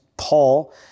Paul